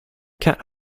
cat